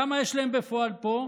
כמה יש להם בפועל פה?